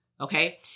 okay